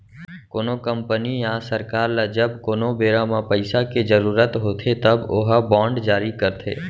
कोनो कंपनी या सरकार ल जब कोनो बेरा म पइसा के जरुरत होथे तब ओहा बांड जारी करथे